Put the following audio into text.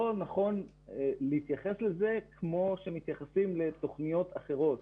לא נכון להתייחס לזה כמו שמתייחסים לתוכניות אחרות.